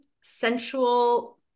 sensual